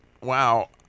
wow